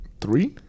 three